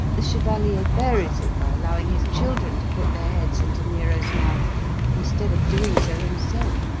the chevalier varies it by allowing his children to put their heads into nero's mouth instead of doing so himself,